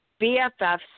BFFs